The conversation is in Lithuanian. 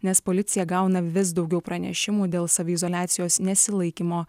nes policija gauna vis daugiau pranešimų dėl saviizoliacijos nesilaikymo